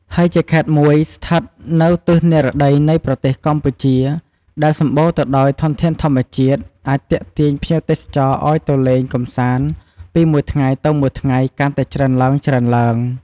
ហើយជាខេត្តមួយស្ថិតនៅទិសនិរតីនៃប្រទេសកម្ពុជាដែលសម្បូរទៅដោយធនធានធម្មជាតិអាចទាក់ទាញភ្ញៀវទេសចរឱ្យទៅលេងកម្សាន្តពីមួយថ្ងៃទៅមួយថ្ងៃកាន់តែច្រើនឡើងៗ។